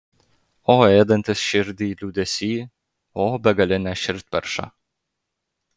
o ėdantis širdį liūdesy o begaline širdperša